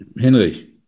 Henry